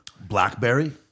Blackberry